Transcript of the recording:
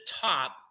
top